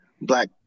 black